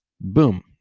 Boom